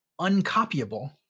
uncopyable